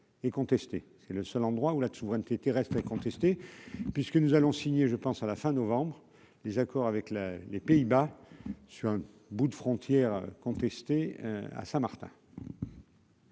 c'est le seul endroit où la souveraineté reste contestée puisque nous allons signer je pense à la fin novembre, désaccord avec la les Pays-Bas sur un bout de frontière contestée à Saint-Martin.